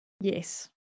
Yes